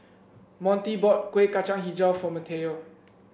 Montie bought Kuih Kacang hijau for Mateo